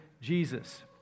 Jesus